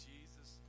Jesus